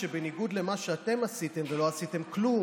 ובחלק מהמקומות אנחנו מקבצים כמה יישובים ובונים אזור תעשייה אזורי,